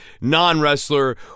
non-wrestler